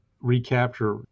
recapture